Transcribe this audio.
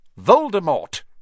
Voldemort